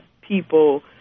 people